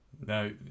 No